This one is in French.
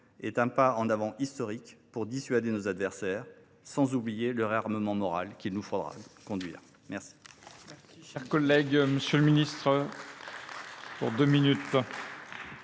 est un pas en avant historique pour dissuader nos adversaires, sans oublier le réarmement moral qu’il nous faudra conduire. La